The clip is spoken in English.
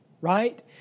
Right